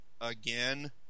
again